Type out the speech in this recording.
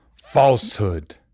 Falsehood